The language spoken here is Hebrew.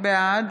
בעד